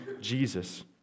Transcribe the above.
Jesus